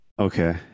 Okay